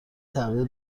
تغییر